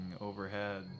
overhead